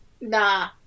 Nah